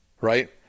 right